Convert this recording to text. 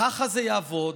ככה זה יעבוד,